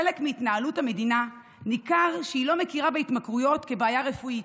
בחלק מהתנהלות המדינה ניכר שהיא לא מכירה בהתמכרויות כבעיה רפואית,